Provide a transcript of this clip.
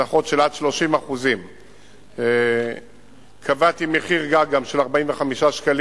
הנחות של עד 30%. קבעתי מחיר גג של 45 שקלים,